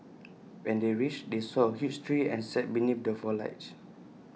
when they reached they saw A huge tree and sat beneath the foliage